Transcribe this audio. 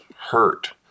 hurt